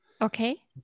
Okay